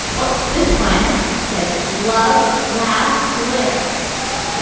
look this one says love, laugh, live.